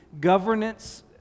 governance